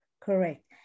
correct